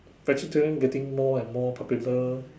vegetarian getting more and more popular